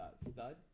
Stud